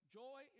joy